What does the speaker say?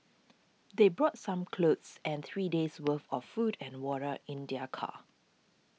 they brought some clothes and three days' worth of food and water in their car